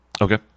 Okay